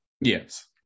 Yes